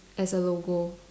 as a logo